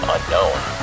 Unknown